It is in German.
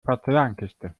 porzellankiste